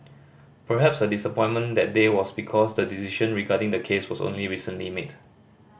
perhaps her disappointment that day was because the decision regarding the case was only recently made